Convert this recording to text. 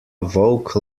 volk